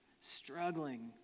struggling